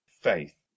faith